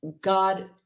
God